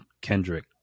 Kendrick